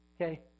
Okay